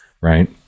right